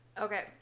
Okay